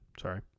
sorry